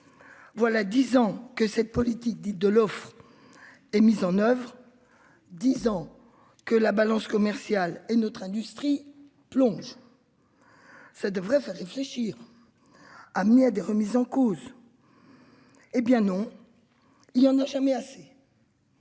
Voilà 10 ans que cette politique dite de l'offre. Et mise en oeuvre. 10 ans que la balance commerciale et notre industrie plonge. Ça devrait faire réfléchir. À des remises en cause. Eh bien non. Il y en a jamais assez.